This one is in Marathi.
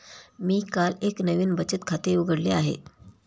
मी काल एक नवीन बचत खाते उघडले आहे